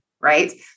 right